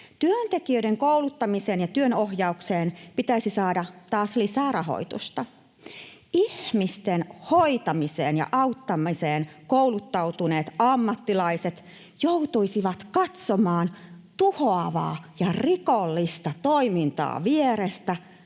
Työntekijöiden kouluttamiseen ja työnohjaukseen pitäisi saada taas lisää rahoitusta. Ihmisten hoitamiseen ja auttamiseen kouluttautuneet ammattilaiset joutuisivat katsomaan tuhoavaa ja rikollista toimintaa vierestä